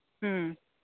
ꯎꯝ